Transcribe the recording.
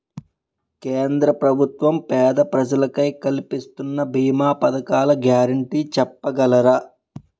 కేంద్ర ప్రభుత్వం పేద ప్రజలకై కలిపిస్తున్న భీమా పథకాల గ్యారంటీ చెప్పగలరా?